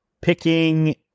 Picking